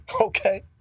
Okay